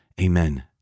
Amen